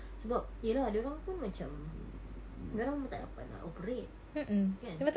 sebab ya lah diorang pun macam diorang tak dapat nak operate kan